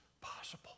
possible